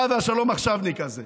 אתה והשלום-עכשיווניק הזה.